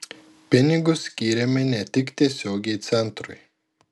pinigus skyrėme ne tik tiesiogiai centrui